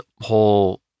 whole